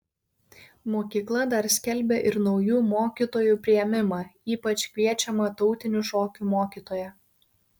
mokykla dar skelbia ir naujų mokytojų priėmimą ypač kviečiama tautinių šokių mokytoja